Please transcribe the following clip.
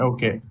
Okay